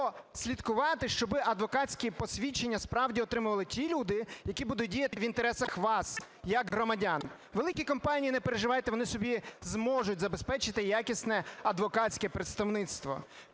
прослідкувати, щоб адвокатські посвідчення, справді, отримували ті люди, які будуть діяти в інтересах вас як громадян. Великі компанії, не переживайте, вони собі зможуть забезпечити якісне адвокатське представництво.